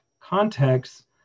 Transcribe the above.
context